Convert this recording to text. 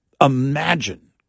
Imagine